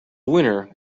winner